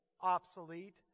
obsolete